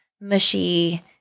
mushy